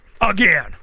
again